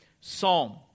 psalm